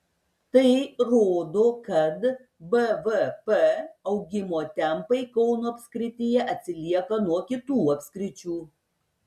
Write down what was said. tai rodo kad bvp augimo tempai kauno apskrityje atsilieka nuo kitų apskričių